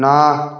না